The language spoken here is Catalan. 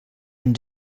amb